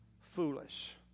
Foolish